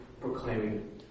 proclaiming